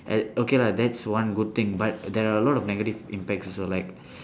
uh okay lah that's one good thing but there are a lot of negative impacts also like